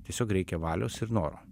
tiesiog reikia valios ir noro